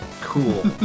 cool